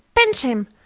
pinch him!